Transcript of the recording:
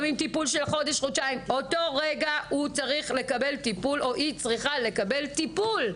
באותו רגע הוא או היא צריכים לקבל טיפול.